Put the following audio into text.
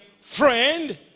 friend